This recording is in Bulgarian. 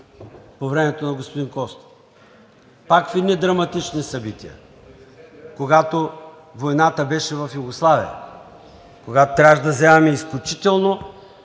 по времето на господин Костов, пак в едни драматични събития, когато войната беше в Югославия, когато трябваше да вземаме изключително